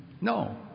No